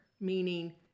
meaning